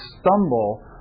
stumble